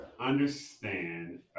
understand